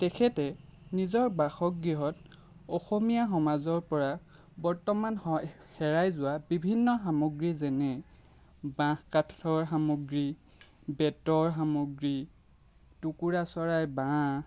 তেখেতে নিজৰ বাসগৃহত অসমীয়া সমাজৰ পৰা বৰ্তমান হেৰাই যোৱা বিভিন্ন সামগ্ৰী যেনে বাঁহ কাঠৰ সামগ্ৰী বেতৰ সামগ্ৰী টোকোৰা চৰাইৰ বাহ